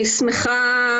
והיו גם בעיות של כבדי שמיעה,